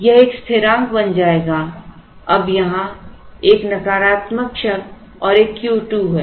यह एक स्थिरांक बन जाएगा अब यहां एक नकारात्मक शब्द और एक Q2 है